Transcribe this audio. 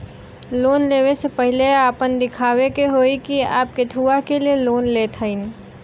Loan ले वे से पहिले आपन दिखावे के होई कि आप कथुआ के लिए लोन लेत हईन?